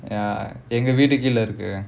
ya எங்க வீட்ல இருக்கு:enga veetla irukku